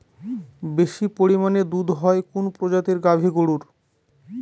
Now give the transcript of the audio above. বেশি পরিমানে দুধ হয় কোন প্রজাতির গাভি গরুর?